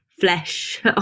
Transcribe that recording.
Flesh